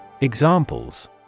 Examples